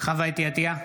חוה אתי עטייה,